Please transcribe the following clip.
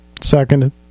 Second